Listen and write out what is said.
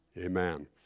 Amen